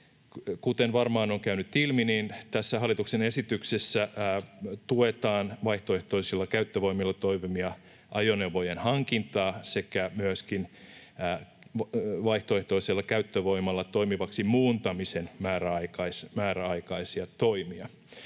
kuten varmaan on käynyt ilmi, tässä hallituksen esityksessä tuetaan vaihtoehtoisilla käyttövoimilla toimivien ajoneuvojen hankintaa sekä myöskin vaihtoehtoisella käyttövoimalla toimivaksi muuntamisen määräaikaisia toimia.